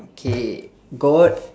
okay got